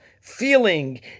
feeling